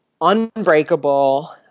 Unbreakable